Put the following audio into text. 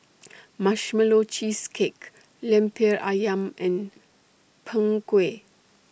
Marshmallow Cheesecake Lemper Ayam and Png Kueh